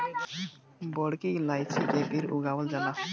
बड़की इलायची के पेड़ उगावल जाला